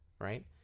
right